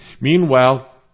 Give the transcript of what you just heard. Meanwhile